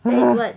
uh